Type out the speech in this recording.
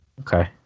Okay